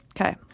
Okay